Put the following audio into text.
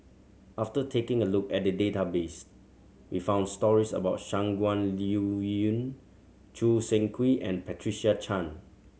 after taking a look at the database we found stories about Shangguan Liuyun Choo Seng Quee and Patricia Chan